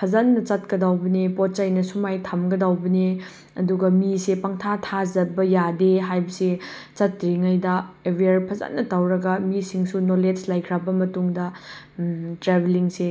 ꯐꯖꯅ ꯆꯠꯀꯗꯧꯕꯅꯦ ꯄꯣꯠ ꯆꯩꯅ ꯁꯨꯃꯥꯏꯅ ꯊꯝꯒꯗꯧꯕꯅꯦ ꯑꯗꯨꯒ ꯃꯤꯁꯦ ꯄꯪꯊꯥ ꯊꯥꯖꯕ ꯌꯥꯗꯦ ꯍꯥꯏꯕꯁꯦ ꯆꯠꯇ꯭ꯔꯤꯉꯩꯗ ꯑꯦꯋ꯭ꯌꯥꯔ ꯐꯖꯅ ꯇꯧꯔꯒ ꯃꯤꯁꯤꯡꯁꯨ ꯅꯣꯂꯦꯖ ꯂꯩꯈ꯭ꯔꯕ ꯃꯇꯨꯡꯗ ꯇ꯭ꯔꯥꯕꯦꯂꯤꯡꯁꯦ